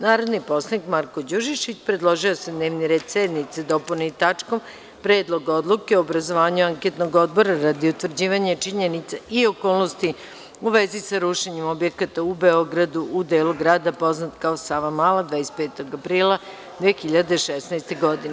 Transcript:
Narodni poslanik Marko Đurišić, predložio je da se dnevni red sednice dopuni tačkom Predlog odluke o obrazovanju anketnog odbora radi utvrđivanja činjenica i okolnosti u vezi sa rušenjem objekata u Beogradu, u delu grada poznat kao Savamala, 25. aprila 2016. godine.